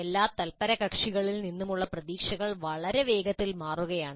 എല്ലാ തല്പരകക്ഷികളിൽ നിന്നുമുള്ള പ്രതീക്ഷകൾ വളരെ വേഗത്തിൽ മാറുകയാണ്